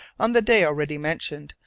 on the day already mentioned,